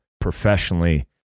professionally